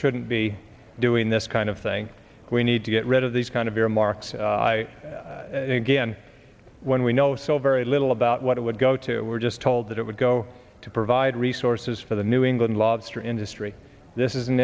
shouldn't be doing this kind of thing we need to get rid of these kind of earmarks i again when we know so very little about what it would go to we're just told that it would go to provide resources for the new england lobster industry this is